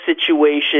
situation